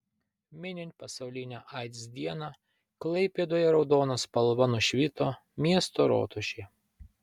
minint pasaulinę aids dieną klaipėdoje raudona spalva nušvito miesto rotušė